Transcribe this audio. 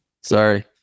Sorry